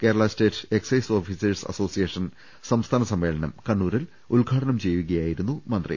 Kerala state excise officers association സംസ്ഥാന സമ്മേളനം കണ്ണൂ രിൽ ഉദ്ഘാടനം ചെയ്യുകയായിരുന്നു മന്ത്രി